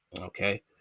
okay